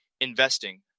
Investing